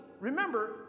Remember